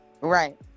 right